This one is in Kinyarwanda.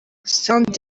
sound